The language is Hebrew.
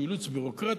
שהוא אילוץ ביורוקרטי,